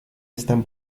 están